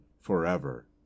forever